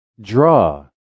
Draw